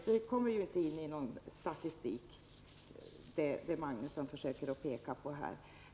Det kommer ju inte in i någon statistik.